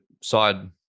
side